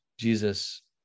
Jesus